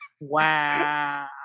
Wow